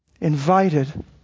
invited